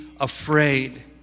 afraid